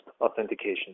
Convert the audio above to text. authentication